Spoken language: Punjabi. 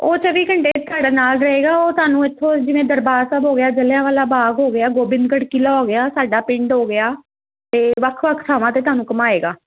ਉਹ ਚੌਵੀ ਘੰਟੇ ਤੁਹਾਡੇ ਨਾਲ ਰਹੇਗਾ ਉਹ ਤੁਹਾਨੂੰ ਇੱਥੋਂ ਜਿਵੇਂ ਦਰਬਾਰ ਸਾਹਿਬ ਹੋ ਗਿਆ ਜਲਿਆਂਵਾਲਾ ਬਾਗ ਹੋ ਗਿਆ ਗੋਬਿੰਦਗੜ ਕਿਲ੍ਹਾ ਹੋ ਗਿਆ ਸਾਡਾ ਪਿੰਡ ਹੋ ਗਿਆ ਅਤੇ ਵੱਖ ਵੱਖ ਥਾਵਾਂ 'ਤੇ ਤੁਹਾਨੂੰ ਘੁੰਮਾਏਗਾ